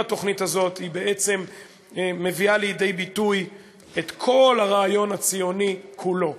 כל התוכנית הזאת מביאה לידי ביטוי את כל הרעיון הציוני כולו,